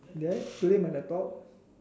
did I play my laptop